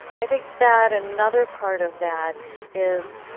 i think that another part of that is